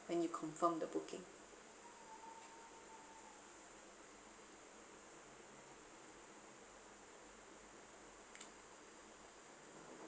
when you confirmed the booking